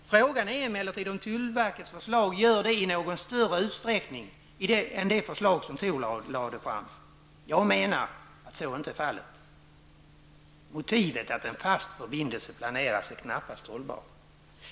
Frågan är emellertid om tullstyrelsens förslag i någon större utsträckning leder till detta än det förslag som TOR lade fram. Jag menar att så inte är fallet. Motivet att en fast förbindelse planeras är knappast hållbart.